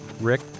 Rick